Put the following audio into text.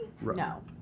No